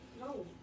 No